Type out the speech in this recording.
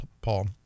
Paul